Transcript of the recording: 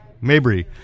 Mabry